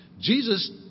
Jesus